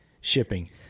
shipping